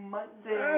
Monday